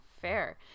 Fair